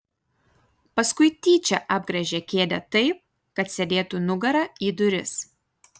paskui tyčia apgręžė kėdę taip kad sėdėtų nugara į duris